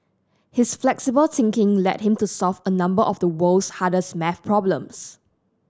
his flexible thinking led him to solve a number of the world's hardest maths problems